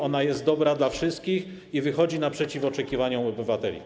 Ona jest dobra dla wszystkich i wychodzi naprzeciw oczekiwaniom obywateli.